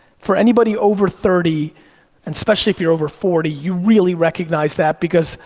for anybody over thirty, and especially if you're over forty, you really recognize that, because,